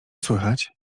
słychać